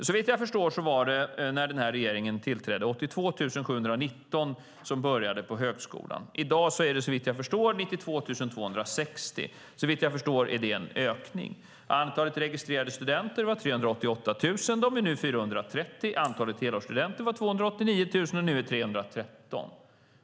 Såvitt jag förstår var det när denna regering tillträdde 82 719 som började på högskolan. I dag är det såvitt jag förstår 92 260. Såvitt jag förstår är det en ökning. Antalet registrerade studenter var 388 000, och de är nu 430 000. Antalet helårsstudenter var 289 000, och de är nu 313 000.